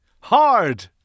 Hard